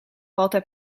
altijd